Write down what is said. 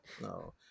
No